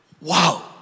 Wow